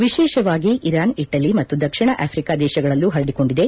ವಿಶೇಷವಾಗಿ Iran Italy ಮತ್ತು ದಕ್ಷಿಣ ಆಫ್ರಿಕಾ ದೇಶಗಳಲ್ಲೂ ಹರಡಿಕೊಂಡಿದೆ